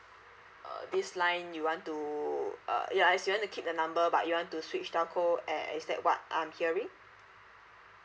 uh this line you want to uh ya as you want to keep the number but you want to switch telco uh is that what I'm hearing